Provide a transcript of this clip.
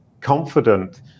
confident